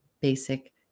basic